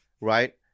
right